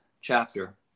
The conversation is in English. chapter